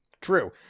True